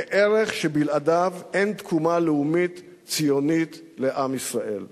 כערך שבלעדיו אין תקומה לאומית-ציונית לעם ישראל.